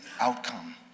outcome